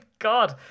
God